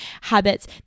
habits